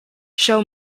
show